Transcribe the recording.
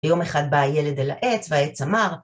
ויום אחד בא הילד אל העץ, והעץ אמר